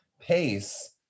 Pace